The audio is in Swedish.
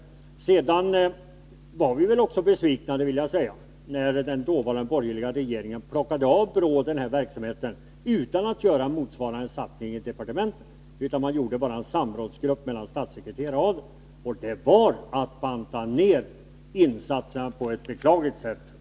Sedan var vi också besvikna när den dåvarande borgerliga regeringen plockade av BRÅ den här verksamheten utan att göra motsvarande satsning i departementet. Man inrättade bara en samrådsgrupp bestående av statssekreterare — och det innebar att man under de här åren bantade ned insatserna på ett beklagligt sätt.